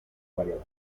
variada